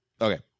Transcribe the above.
Okay